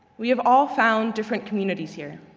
we have all found different communities here,